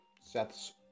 Seth's